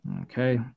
okay